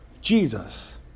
Jesus